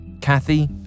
Kathy